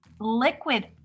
liquid